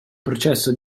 processo